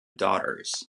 daughters